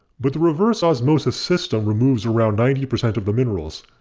but the reverse osmosis system removes around ninety percent of the minerals.